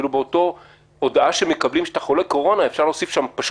אפילו באותה הודעה שמקבלים שאתה חולה קורונה אפשר להוסיף שתי